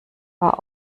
war